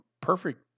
perfect